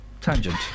tangent